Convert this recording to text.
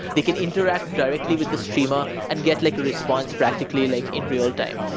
they can interact directly with the streamer and get like response practically like in real time.